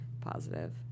positive